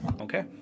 Okay